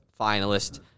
finalist